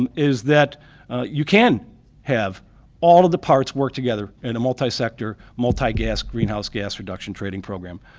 um is that you can have all of the parts work together in a multisector multigas greenhouse gas reduction trading program.